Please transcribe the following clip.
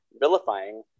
vilifying